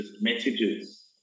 messages